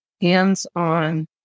Hands-on